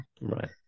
Right